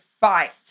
fight